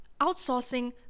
outsourcing